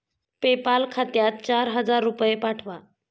PayPal खात्यात चार हजार रुपये पाठवा